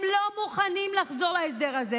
הם לא מוכנים לחזור להסדר הזה,